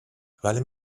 ولی